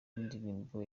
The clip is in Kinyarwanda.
indirimbo